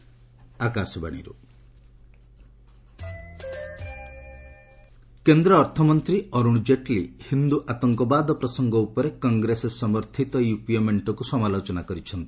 Jaitley blog କେନ୍ଦ୍ର ଅର୍ଥମନ୍ତ୍ରୀ ଅର୍ଣ ଜେଟ୍ଲୀ ହିନ୍ଦ୍ର ଆତଙ୍କବାଦ ପ୍ରସଙ୍ଗ ଉପରେ କଂଗ୍ରେସ ସମର୍ଥିତ ୟୁପିଏ ମେଣ୍ଟକୁ ସମାଲୋଚନା କରିଛନ୍ତି